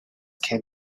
can